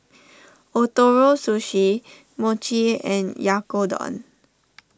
Ootoro Sushi Mochi and Oyakodon